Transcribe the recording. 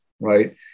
right